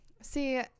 see